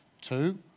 Two